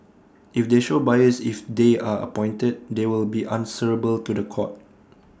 if they show bias if they are appointed they will be answerable to The Court